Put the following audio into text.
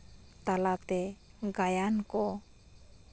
ᱛᱟᱞᱟᱛᱮ ᱜᱟᱭᱟᱱ ᱠᱚ